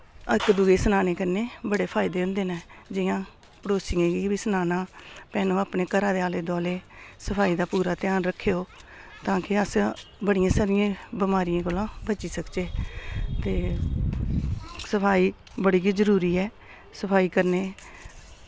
इक दुए सनाने कन्नै बड़े फायदे होंदे न जि'यां पड़ोसियें गी बी सनाना भैनों अपने घरा दे आले दुआले सफाई दा पूरा ध्यान रक्खेओ तां कि अस बड़ियें सारियें बमारियें कोला बची सकचै ते सफाई बड़ी गै जरूरी ऐ सफाई करने